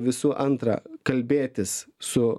visų antra kalbėtis su